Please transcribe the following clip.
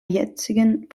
jetzigen